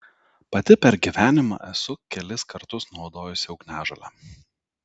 pati per gyvenimą esu kelis kartus naudojusi ugniažolę